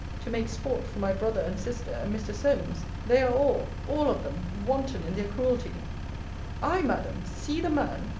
to make sport for my brother and sister, and mr. solmes. they are all, all of them, wanton in their cruelty i, madam, see the man!